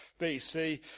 BC